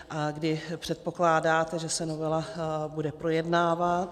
A kdy předpokládáte, že se novela bude projednávat?